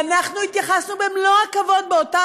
ואנחנו התייחסנו במלוא כובד הראש באותה